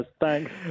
thanks